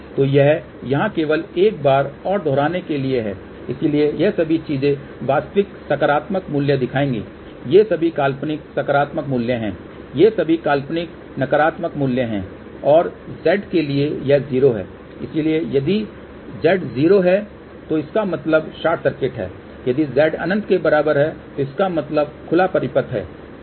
तो यह यहां केवल एक बार और दोहराने के लिए है इसलिए ये सभी चीजें वास्तविक सकारात्मक मूल्य दिखाएंगी ये सभी काल्पनिक सकारात्मक मूल्य हैं ये सभी काल्पनिक नकारात्मक मूल्य हैं और Z के लिए यह 0 है इसलिए यदि Z जीरो है तो इसका मतलब शॉर्ट सर्किट है यदि Z अनंत के बराबर है तो इसका मतलब खुला परिपथ है